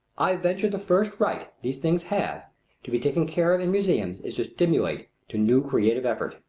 i venture the first right these things have to be taken care of in museums is to stimulate to new creative effort.